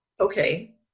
okay